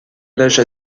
l’âge